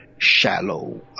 shallow